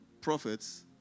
prophets